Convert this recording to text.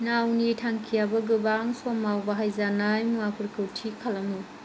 नावनि थांखियाबो गोबां समाव बाहायजानाय मुवाफोरखौ थि खालामो